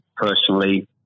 personally